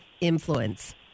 influence